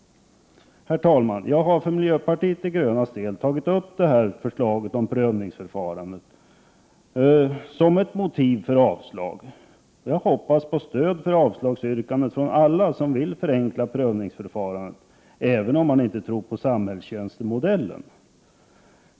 Herr talman! Jag har för miljöpartiet de grönas del tagit upp förslaget om prövningsförfarande som ett motiv för avslag. Jag hoppas på stöd för avslagsyrkandet från alla som vill förenkla prövningsförfarandet, även om man inte tror på samhällstjänstemodellen.